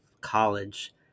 college